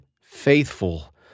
faithful